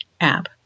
app